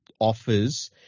offers